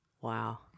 Wow